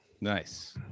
nice